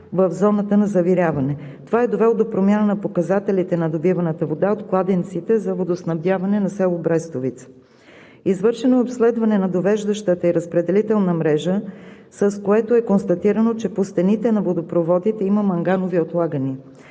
в зоната на завиряване. Това е довело да промяна на показателите на добиваната вода от кладенците за водоснабдяване на село Брестовица. Извършено е обследване на довеждащата и разпределителна мрежа, с което е констатирано, че по стените на водопроводите има манганови отлагания.